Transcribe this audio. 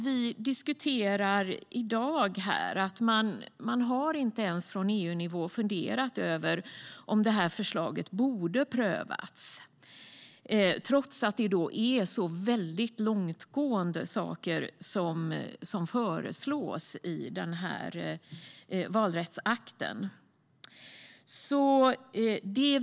Vi diskuterar i dag om man på EU-nivå har funderat över om förslaget borde prövas, trots att det är så långtgående åtgärder som föreslås i valrättsakten.